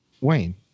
wayne